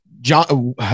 John